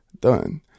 done